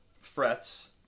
frets